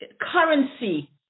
currency